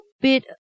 bit